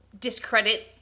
discredit